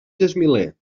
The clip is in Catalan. gesmiler